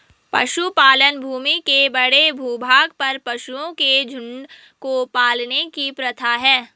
पशुपालन भूमि के बड़े भूभाग पर पशुओं के झुंड को पालने की प्रथा है